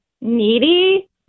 needy